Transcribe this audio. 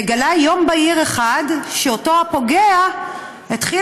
ומגלה יום בהיר אחד שאותו פוגע התחיל